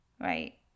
right